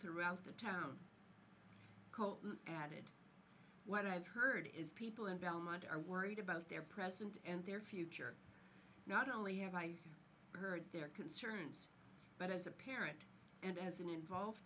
throughout the town and added what i've heard is people in belmont are worried about their present and their future not only have i heard their concerns but as a parent and as an involve